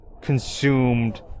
consumed